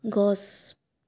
গছ